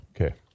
Okay